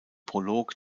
prolog